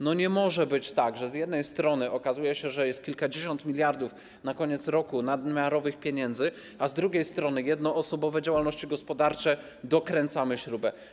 Nie może być tak, że z jednej strony okazuje się, że jest kilkadziesiąt miliardów na koniec roku nadmiarowych pieniędzy, a z drugiej strony jednoosobowe działalności gospodarcze - tu dokręcamy śrubę.